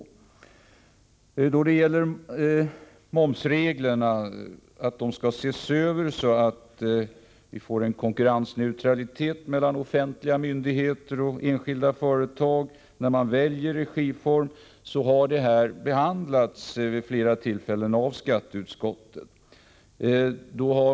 Nr 22 Förslaget att momsreglerna skall ses över så att vi får konkurrensneutrali E E Onsdagen den tet mellan offentliga myndigheter och enskilda företag vid valet av regiform 7 november 1984 har behandlats vid flera tillfällen av skatteutskottet.